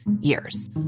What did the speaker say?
years